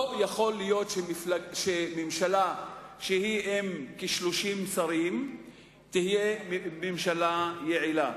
לא יכול להיות שממשלה של כ-30 שרים תהיה ממשלה יעילה.